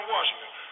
Washington